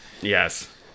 Yes